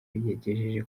yagejeje